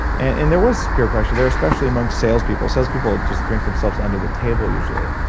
and there was peer pressure there, especially among salespeople. salespeople just drink themselves under the table, usually.